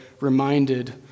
reminded